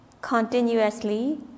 continuously